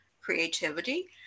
creativity